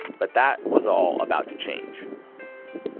but that was all about to change